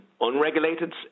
unregulated